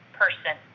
person